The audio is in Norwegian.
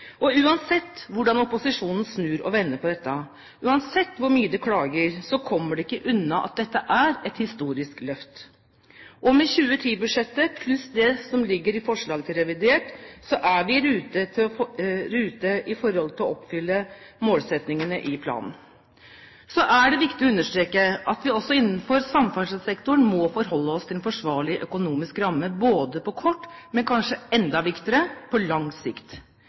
NTP. Uansett hvordan opposisjonen snur og vender på dette, og uansett hvor mye de klager, kommer man ikke unna at dette er et historisk løft. Med 2010-budsjettet, pluss det som ligger i forslaget til revidert, er vi i rute med tanke på å oppfylle målsettingene i planen. Så er det viktig å understreke at vi også innenfor samferdselssektoren må forholde oss til en forsvarlig økonomisk ramme både på kort og – kanskje enda viktigere – på lang sikt.